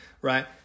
right